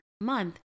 month